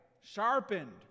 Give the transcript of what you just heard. Sharpened